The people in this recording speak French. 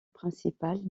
principal